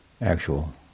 actual